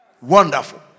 Wonderful